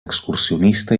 excursionista